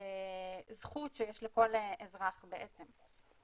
זכות שיש לכל אזרח בעצם.